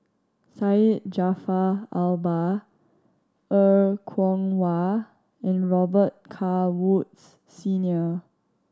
Syed Jaafar Albar Er Kwong Wah and Robet Carr Woods Senior